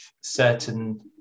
certain